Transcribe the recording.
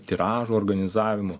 tiražų organizavimu